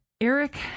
eric